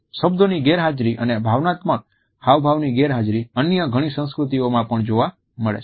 શબ્દોની ગેરહાજરી અને ભાવનાત્મક હાવભાવની ગેરહાજરી અન્ય ઘણી સંસ્કૃતિઓમાં જોવા મળે છે